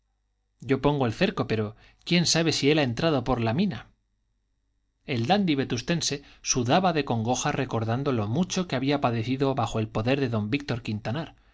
yo pongo el cerco pero quién sabe si él ha entrado por la mina el dandy vetustense sudaba de congoja recordando lo mucho que había padecido bajo el poder de don víctor quintanar